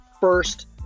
first